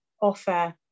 offer